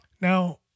Now